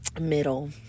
middle